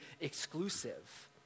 exclusive